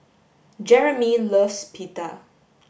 Jeramie loves Pita